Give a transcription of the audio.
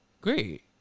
great